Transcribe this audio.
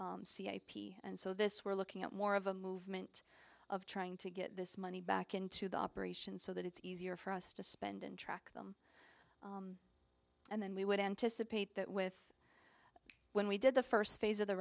and so this we're looking at more of a movement of trying to get this money back into the operations so that it's easier for us to spend and track them and then we would anticipate that with when we did the first phase of the